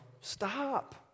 Stop